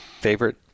favorite